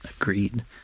Agreed